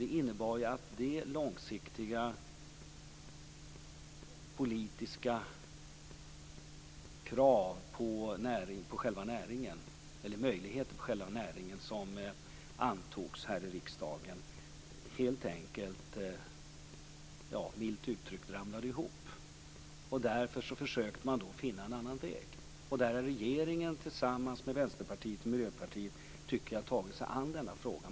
Det innebar att det långsiktiga politiska krav på möjligheter för själva näringen som antogs här i riksdagen milt uttryckt ramlade ihop. Därför försökte man finna en annan väg. Jag tycker att regeringen, tillsammans med Vänsterpartiet och Miljöpartiet, har tagit sig an denna fråga.